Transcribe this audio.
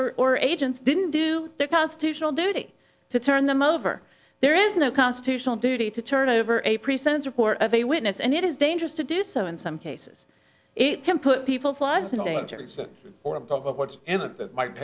or or agents didn't do their constitutional duty to turn them over there is no constitutional duty to turn over a pre sentence report of a witness and it is dangerous to do so in some cases it can put people's lives